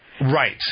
Right